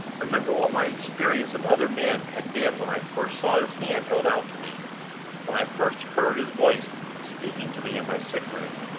remember what my experience of other men had been when i first saw his hand held out to me when i first heard his voice speaking to me in my sick-room.